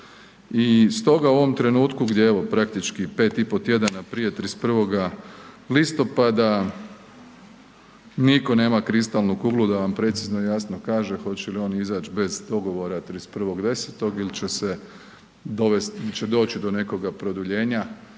I stoga u ovom trenutku gdje praktički pet i pol tjedana prije 31. listopada niko nema kristalnu kuglu da vam precizno i jasno kaže hoće li on izaći bez dogovora 31.10. ili će se doći do nekoga produljenja,